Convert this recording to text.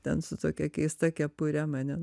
ten su tokia keista kepure mane